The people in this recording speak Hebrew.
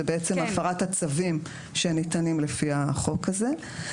למעשה, זה הפרת הצווים שניתנים לפי חוק זה.